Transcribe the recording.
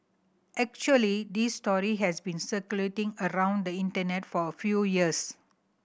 actually this story has been circulating around the Internet for a few years